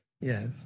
Yes